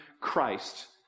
Christ